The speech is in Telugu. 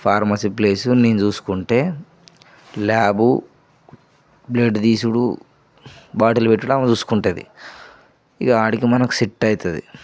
ఫార్మసీ ప్లేసు నేను చూసుకుంటే ల్యాబ్ బ్లడ్ తీసుడు బాటిల్ పెట్టడం ఆమె చూసుకుంటుంది ఇంకా అక్కడికి మనకు సెట్ అవుతుంది